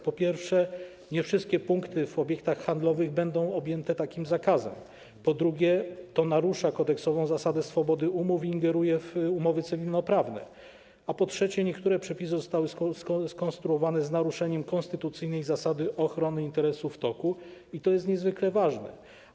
Po pierwsze, nie wszystkie punkty w obiektach handlowych będą objęte takim zakazem, po drugie, to narusza kodeksową zasadę swobody umów i ingeruje w umowy cywilnoprawne, a po trzecie, niektóre przepisy zostały skonstruowane z naruszeniem konstytucyjnej zasady ochrony interesu w toku, co jest niezwykle ważne.